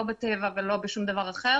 לא בטבע ולא בשום דבר אחר